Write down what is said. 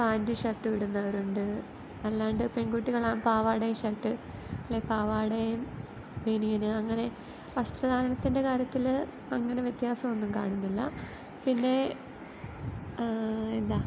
pant shirt ഇടുന്നവരുണ്ട് അല്ലാണ്ട് പെൺകുട്ടികളാണ് പാവാടയും ഷർട്ടും അല്ലേ പാവാടയും ബനിയൻ അങ്ങനെ വസ്ത്രധാരണത്തിൻ്റെ കാര്യത്തിൽ അങ്ങനെ വ്യത്യാസമൊന്നും കാണുന്നില്ല പിന്നെ എന്താണ്